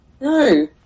No